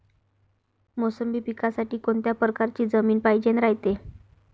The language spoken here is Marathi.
मोसंबी पिकासाठी कोनत्या परकारची जमीन पायजेन रायते?